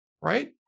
right